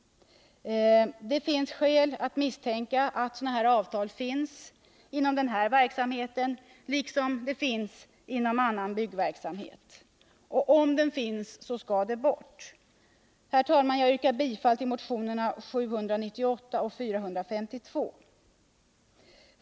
Det finns skäl att misstänka att sådana avtal finns inom denna verksamhet liksom inom annan byggverksamhet. Och finns den så skall den bort. Herr talman! Jag yrkar bifall till motionerna 798 och 452.